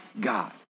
God